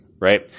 right